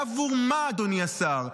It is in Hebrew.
בעבור מה, אדוני השר?